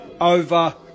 over